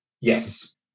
Yes